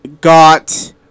got